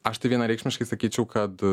aš tai vienareikšmiškai sakyčiau kad